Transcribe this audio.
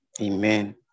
Amen